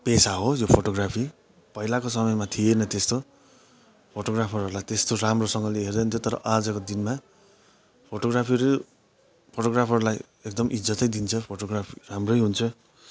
पेसा हो यो फोटोग्राफी पहिलाको समयमा थिएन तेस्तो फोटोग्राफरहरूलई त्यस्तो राम्रोसँगले हेर्दैनथ्यो तर आजको दिनमा फोटोग्राफर फोटोग्राफरलाई एकदम इज्जतै दिन्छ फोटोग्राफी राम्रै हुन्छ